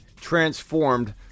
transformed